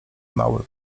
mały